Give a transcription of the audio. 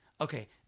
Okay